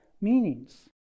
meanings